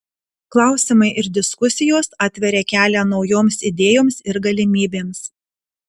klausimai ir diskusijos atveria kelią naujoms idėjoms ir galimybėms